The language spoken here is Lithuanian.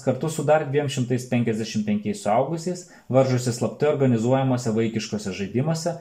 kartu su dar dviem šimtais penkiasdešim penkiais suaugusiais varžosi slaptai organizuojamuose vaikiškuose žaidimuose